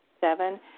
Seven